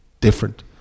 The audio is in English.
different